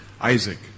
Isaac